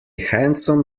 handsome